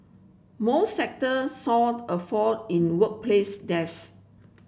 more sector saw a fall in workplace deaths